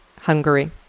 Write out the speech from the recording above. Hungary